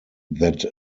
that